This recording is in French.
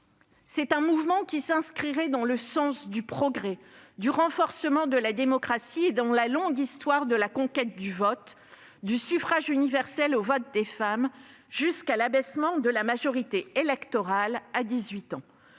Ce mouvement s'inscrirait dans le sens du progrès, du renforcement de la démocratie et dans la longue histoire de la conquête du droit de vote, du suffrage universel au vote des femmes, jusqu'à l'abaissement de la majorité électorale à 18 ans.